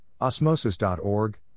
osmosis.org